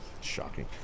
Shocking